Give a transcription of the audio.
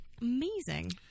Amazing